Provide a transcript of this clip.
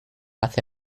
hace